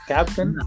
Captain